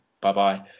bye-bye